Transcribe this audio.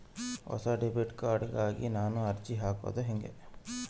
ಹೊಸ debit card ಗಾಗಿ ನಾನು ಅರ್ಜಿ ಹಾಕೊದು ಹೆಂಗ?